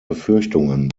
befürchtungen